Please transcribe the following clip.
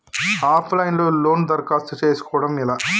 Of line లో loan దరఖాస్తు చేసుకోవడం ఎలా?